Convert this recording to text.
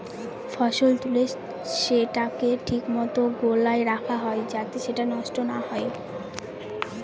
ফসল তুলে সেটাকে ঠিক মতো গোলায় রাখা হয় যাতে সেটা নষ্ট না হয়